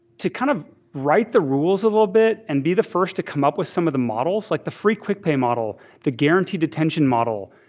kind of write the rules a little bit and be the first to come up with some of the models like the free quick pay model, the guarantee detention model,